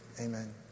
Amen